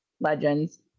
Legends